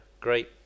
great